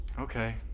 Okay